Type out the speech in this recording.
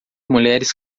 mulheres